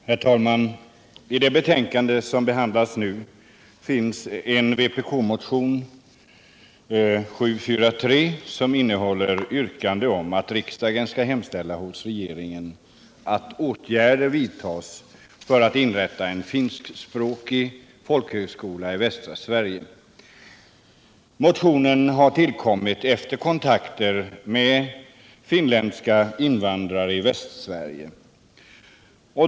Herr talman! I det betänkande som nu behandlas finns en vpk-motion, nr 743, som innehåller yrkande om att riksdagen skall hemställa hos regeringen att åtgärder vidtas för att inrätta en finskspråkig folkhögskola i västra Sverige. Motionen har tillkommit efter kontakter med finländska invandrare i Västsverige.